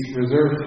reserve